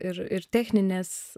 ir ir techninės